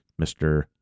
Mr